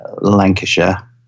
Lancashire